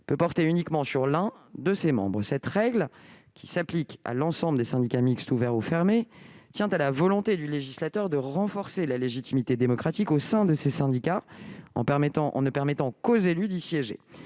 peut porter uniquement sur l'un de ses membres. Cette règle, qui s'applique à l'ensemble des syndicats mixtes ouverts ou fermés, tient à la volonté du législateur de renforcer la légitimité démocratique au sein de ces syndicats en permettant aux seuls élus d'y siéger.